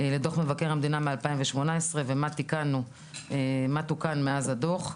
דוח מבקר המדינה מ-2018 ומה תוקן מאז הדוח.